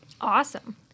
Awesome